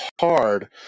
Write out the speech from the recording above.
hard